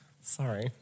Sorry